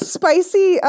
spicy